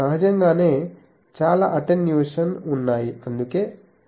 సహజంగానే చాలా అటెన్యుయేషన్ ఉన్నాయి అందుకే పరిధి పరిమితం